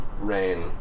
rain